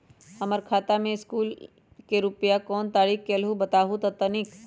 हमर खाता में सकलू से रूपया कोन तारीक के अलऊह बताहु त तनिक?